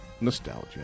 Nostalgia